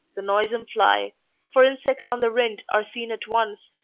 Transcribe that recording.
the noisome fly for insects on the rind are seen at once,